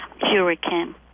hurricane